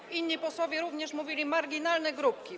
I inni posłowie również mówili: marginalne grupki.